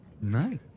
Nice